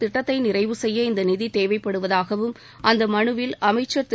திட்டத்தை நிறைவு செய்ய இந்த நிதி தேவைப்படுவதாகவும் அந்த மனுவில் அமைச்சர் திரு